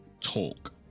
talk